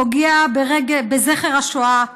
פוגע בזכר השואה,